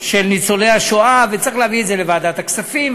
של ניצולי השואה וצריך להביא את זה לוועדת הכספים,